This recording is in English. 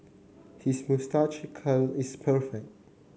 his moustache curl is perfect